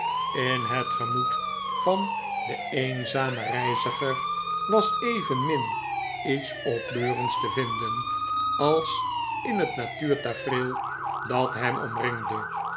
in het gemoed van den eenzamen reiziger was evenmin iets opbeurends te vinden als in het natuurtafereel dat hem omringde